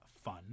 fun